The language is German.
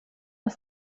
ist